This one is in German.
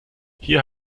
hier